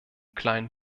kleinen